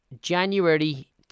January